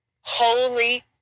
holy